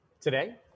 Today